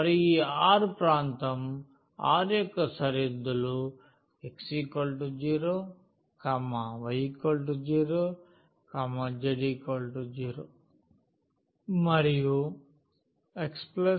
మరియు ఈ R ప్రాంతం R యొక్క సరిహద్దులు x 0 y 0 z 0 x y z 1